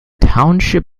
township